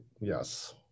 Yes